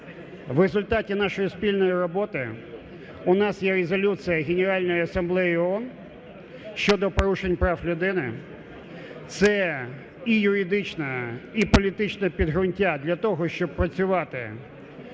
в результаті нашої спільної роботи у нас є Резолюція Генеральної асамблеї ООН щодо порушень прав людини. Це і юридичне, і політичне підґрунтя для того, щоб працювати